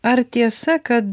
ar tiesa kad